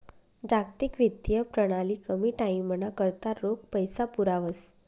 जागतिक वित्तीय प्रणाली कमी टाईमना करता रोख पैसा पुरावस